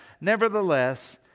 Nevertheless